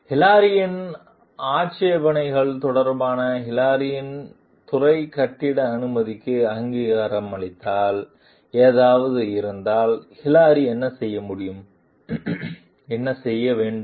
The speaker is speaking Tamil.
ஹிலாரியின் ஆட்சேபனைகள் தொடர்பாக ஹிலாரியின் துறை கட்டிட அனுமதிக்கு அங்கீகாரம் அளித்தால் ஏதாவது இருந்தால் ஹிலாரி என்ன செய்ய முடியும் செய்ய வேண்டும்